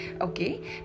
Okay